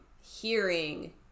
hearing